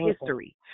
history